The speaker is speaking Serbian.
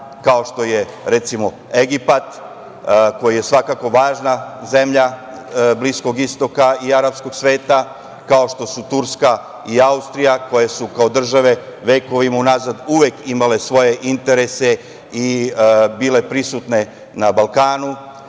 kao što je, recimo, Egipat, koji je svakako važna zemlja Bliskog istoka i arapskog sveta, kao što su Turska i Austrija, koje su kao države vekovima unazad uvek imale svoje interese i bile prisutne na Balkanu,